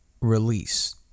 release